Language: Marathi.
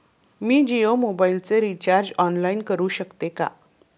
मी जियो मोबाइलचे रिचार्ज ऑनलाइन करू शकते का?